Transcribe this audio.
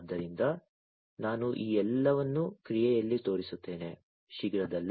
ಆದ್ದರಿಂದ ನಾನು ಈ ಎಲ್ಲವನ್ನೂ ಕ್ರಿಯೆಯಲ್ಲಿ ತೋರಿಸುತ್ತೇನೆ ಶೀಘ್ರದಲ್ಲೇ